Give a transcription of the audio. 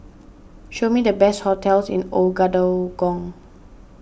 show me the best hotels in Ouagadougou